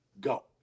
go